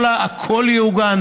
הכול יעוגן